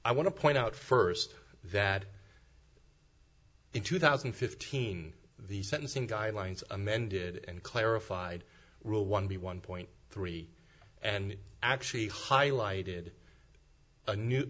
i want to point out first that in two thousand and fifteen the sentencing guidelines amended and clarified rule one be one point three and actually highlighted a new